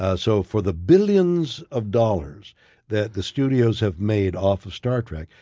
ah so for the billions of dollars that the studios have made off of star trek,